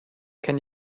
can